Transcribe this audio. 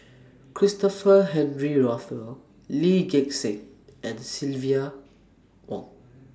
Christopher Henry Rothwell Lee Gek Seng and Silvia Yong